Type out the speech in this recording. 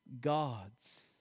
God's